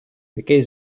який